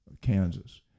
Kansas